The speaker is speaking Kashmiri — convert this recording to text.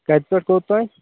کَتہِ پیٚٹھ کوٚت تام